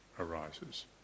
Arises